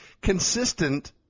consistent